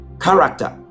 character